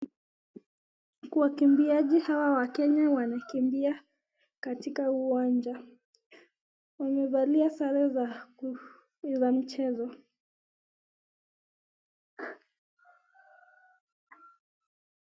Wakimbiaji hawa wa Kenya wanakimbia katika uwanja. Wamevalia sare za michezo.